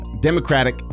democratic